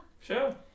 sure